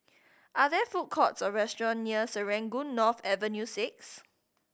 are there food courts or restaurants near Serangoon North Avenue Six